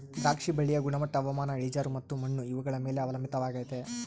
ದ್ರಾಕ್ಷಿ ಬಳ್ಳಿಯ ಗುಣಮಟ್ಟ ಹವಾಮಾನ, ಇಳಿಜಾರು ಮತ್ತು ಮಣ್ಣು ಇವುಗಳ ಮೇಲೆ ಅವಲಂಬಿತವಾಗೆತೆ